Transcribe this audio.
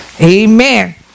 Amen